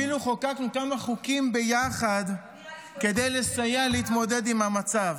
אפילו חוקקנו כמה חוקים ביחד כדי לסייע להתמודד עם המצב.